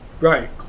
Right